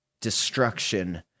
destruction